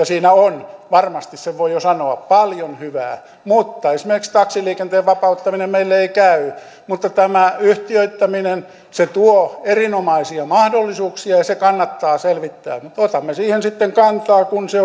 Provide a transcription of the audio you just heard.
siinä on varmasti sen voi jo sanoa paljon hyvää mutta esimerkiksi taksiliikenteen vapauttaminen meille ei käy tämä yhtiöittäminen tuo erinomaisia mahdollisuuksia ja se kannattaa selvittää mutta otamme siihen sitten kantaa kun se